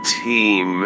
team